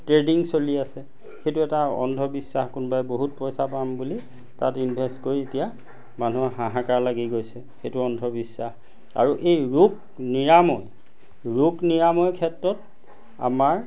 trading চলি আছে সেইটো এটা অন্ধবিশ্বাস কোনোবাই বহুত পইচা পাম বুলি তাত ইনভেষ্ট কৰি এতিয়া মানুহ হাহাকাৰ লাগি গৈছে সেইটো অন্ধবিশ্বাস আৰু এই ৰোগ নিৰাময় ৰোগ নিৰাময় ক্ষেত্ৰত আমাৰ